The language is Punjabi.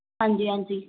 ਹਾਂਜੀ ਹਾਂਜੀ